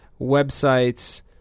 websites